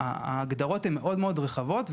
שההגדרות הן מאוד רחבות.